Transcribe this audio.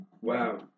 Wow